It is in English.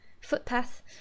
footpath